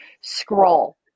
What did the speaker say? scroll